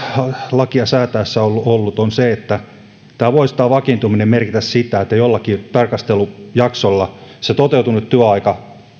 lakia säätäessä ollut on se että tämä vakiintuminen voisi merkitä sitä että jollakin tarkastelujaksolla se toteutunut työaika